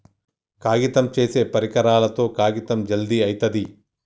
కాగితం చేసే పరికరాలతో కాగితం జల్ది అయితది